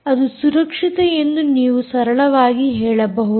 ಅದು ಸುರಕ್ಷಿತ ಎಂದು ನೀವು ಸರಳವಾಗಿ ಹೇಳಬಹುದು